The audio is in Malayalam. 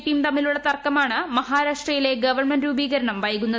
പിയും തമ്മിലുള്ള തർക്കമാണ് മഹാരാഷ്ട്രയിലെ ഗവൺമെന്റ് രൂപീകരണം വൈകുന്നത്